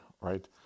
right